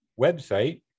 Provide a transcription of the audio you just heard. website